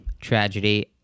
tragedy